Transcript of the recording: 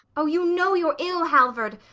oh, you know you're ill, halvard.